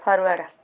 forward